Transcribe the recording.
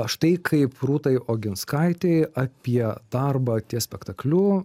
štai kaip rūtai oginskaitei apie darbą ties spektakliu